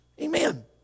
Amen